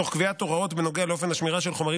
תוך קביעת הוראות בנוגע לאופן השמירה של חומרים